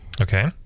Okay